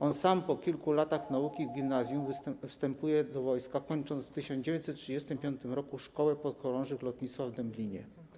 On sam po kilku latach nauki w gimnazjum wstąpił do wojska, kończąc w 1935 r. Szkołę Podchorążych Lotnictwa w Dęblinie.